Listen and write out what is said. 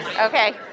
Okay